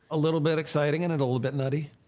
a little bit exciting and and a little bit nutty.